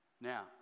Now